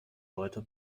leute